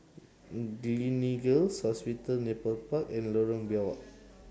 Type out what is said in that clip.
Gleneagles Hospital Nepal Park and Lorong Biawak